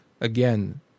again